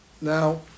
Now